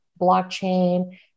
blockchain